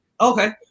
Okay